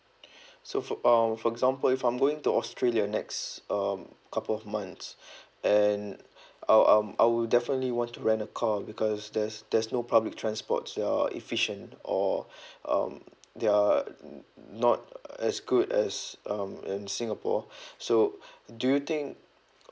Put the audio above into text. so for uh for example if I'm going to australia next um couple of months and I'll um I will definitely want to rent a car because there's there's no public transports that are efficient or um there are uh not as good as um in singapore so do you think